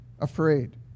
afraid